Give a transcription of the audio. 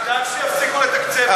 אז תדאג שיפסיקו לתקצב אותו,